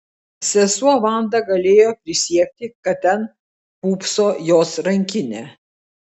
sesuo vanda galėjo prisiekti kad ten pūpso jos rankinė